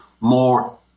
more